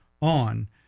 on